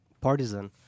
partisan